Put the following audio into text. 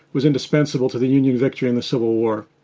was indispensable to the union victory in the civil war.